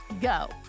go